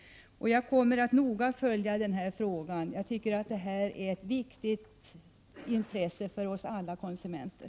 Jag kommer att noga följa denna fråga. Det är av stort intresse för oss alla konsumenter.